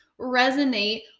resonate